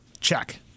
Check